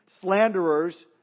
slanderers